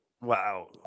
Wow